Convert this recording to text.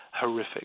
horrific